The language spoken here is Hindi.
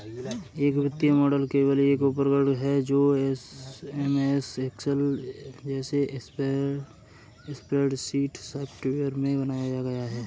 एक वित्तीय मॉडल केवल एक उपकरण है जो एमएस एक्सेल जैसे स्प्रेडशीट सॉफ़्टवेयर में बनाया गया है